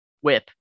whip